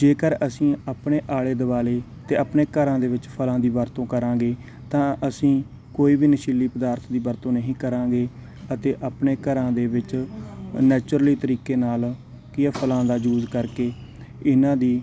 ਜੇਕਰ ਅਸੀਂ ਆਪਣੇ ਆਲੇ ਦੁਆਲੇ ਅਤੇ ਆਪਣੇ ਘਰਾਂ ਦੇ ਵਿੱਚ ਫ਼ਲਾਂ ਦੀ ਵਰਤੋਂ ਕਰਾਂਗੇ ਤਾਂ ਅਸੀਂ ਕੋਈ ਵੀ ਨਸ਼ੀਲੀ ਪਦਾਰਥ ਦੀ ਵਰਤੋਂ ਨਹੀਂ ਕਰਾਂਗੇ ਅਤੇ ਆਪਣੇ ਘਰਾਂ ਦੇ ਵਿੱਚ ਨੈਚੁਰਲੀ ਤਰੀਕੇ ਨਾਲ ਕੀ ਆ ਫ਼ਲਾਂ ਦਾ ਯੂਜ਼ ਕਰਕੇ ਇਹਨਾਂ ਦੀ